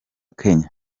kenya